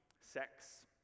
sex